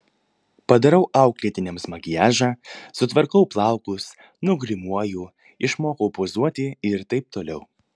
padarau auklėtiniams makiažą sutvarkau plaukus nugrimuoju išmokau pozuoti ir taip toliau